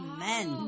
Amen